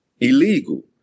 Illegal